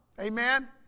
Amen